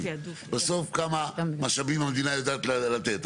בסוף כמה משאבים המדינה יודעת לתת.